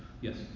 Yes